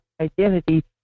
identity